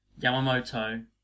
Yamamoto